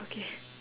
okay